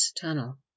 tunnel